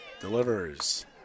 delivers